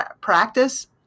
practice